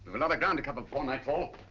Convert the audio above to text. we've a lot of ground to cover before nightfall.